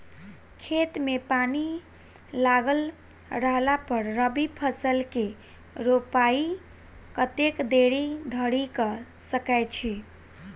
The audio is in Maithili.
खेत मे पानि लागल रहला पर रबी फसल केँ रोपाइ कतेक देरी धरि कऽ सकै छी?